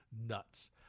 nuts